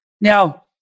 Now